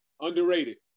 Underrated